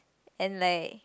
and like